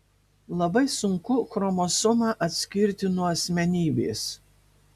labai sunku chromosomą atskirti nuo asmenybės